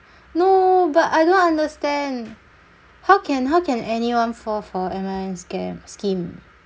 no but I don't understand how can how can anyone fall for M_L_M scam scheme